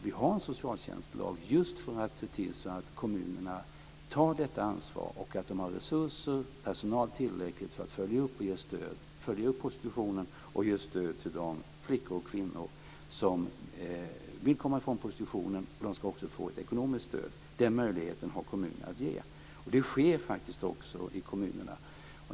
Vi har en socialtjänstlag just för att se till att kommunerna tar detta ansvar och att de har resurser och tillräckligt med personal för att följa upp prostitutionen och ge stöd till de flickor och kvinnor som vill komma ifrån prostitutionen. De ska också få ett ekonomiskt stöd. Den möjligheten har kommunerna att ge. Det sker faktiskt också ute i kommunerna.